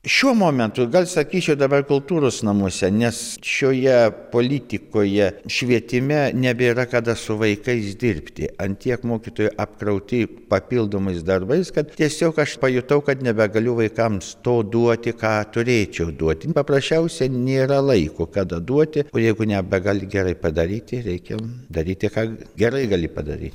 šiuo momentu gal sakyčiau dabar kultūros namuose nes šioje politikoje švietime nebėra kada su vaikais dirbti ant tiek mokytojai apkrauti papildomais darbais kad tiesiog aš pajutau kad nebegaliu vaikams to duoti ką turėčiau duoti paprasčiausiai nėra laiko kada duoti o jeigu nebegali gerai padaryti reikia daryti ką gerai gali padaryt